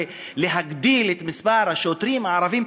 להגדיל את מספר השוטרים הערביים,